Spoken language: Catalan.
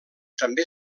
també